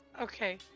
Okay